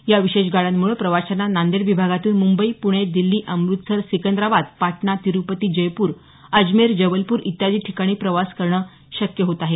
या विशेष गाड्यांमुळे प्रवाशांना नांदेड विभागातून मुंबई पुणे दिल्ली अमृतसर सिकंदराबाद पाटणा तिरुपती जयपूर अजमेर जबलपूर इत्यादी ठिकाणी प्रवास करणं शक्य होत आहे